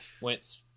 went